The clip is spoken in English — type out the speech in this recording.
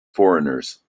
foreigners